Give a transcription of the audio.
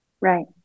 Right